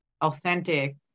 authentic